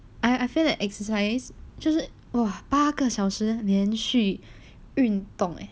I I feel like exercise 这是 !wow! 八个小时连续运动 ah